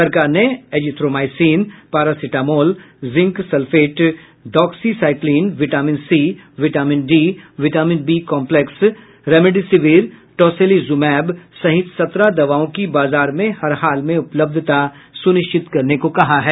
सरकार ने azithromycin paracetamol zinc sulphate doxycycline vitamin C vitamin D vitamin B complex remdesivir tocilizumab सहित सत्रह दवाओं की बाजार में हर हाल में उपलब्धता सुनिश्चित करने को कहा है